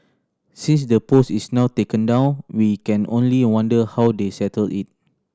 since the post is now taken down we can only wonder how they settled it